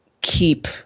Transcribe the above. keep